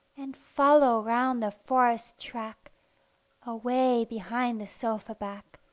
and follow round the forest track away behind the sofa back.